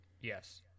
yes